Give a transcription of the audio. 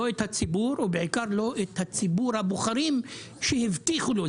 לא את הציבור ובעיקר לא את ציבור הבוחרים שהבטיחו לו.